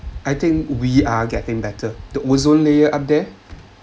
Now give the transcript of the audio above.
I think we are getting better the ozone layer up there